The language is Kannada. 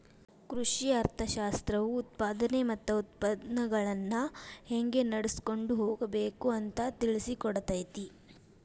ಕೃಷಿ ಅರ್ಥಶಾಸ್ತ್ರವು ಉತ್ಪಾದನೆ ಮತ್ತ ಉತ್ಪನ್ನಗಳನ್ನಾ ಹೆಂಗ ನಡ್ಸಕೊಂಡ ಹೋಗಬೇಕು ಅಂತಾ ತಿಳ್ಸಿಕೊಡತೈತಿ